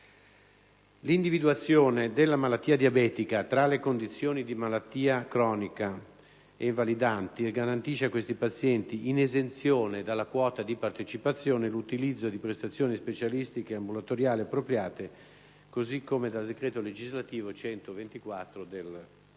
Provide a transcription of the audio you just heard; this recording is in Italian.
L'individuazione della malattia diabetica fra le condizioni di malattia croniche e invalidanti garantisce a questi pazienti, in esenzione dalla quota di partecipazione, l'utilizzo di prestazioni specialistiche ambulatoriali appropriate, come da decreto legislativo n. 124 del 1998.